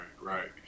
right